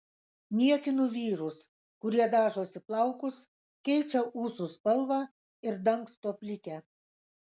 niekinu vyrus kurie dažosi plaukus keičia ūsų spalvą ir dangsto plikę